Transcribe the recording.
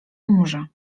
umrze